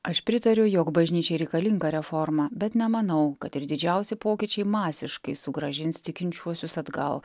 aš pritariu jog bažnyčiai reikalinga reforma bet nemanau kad ir didžiausi pokyčiai masiškai sugrąžins tikinčiuosius atgal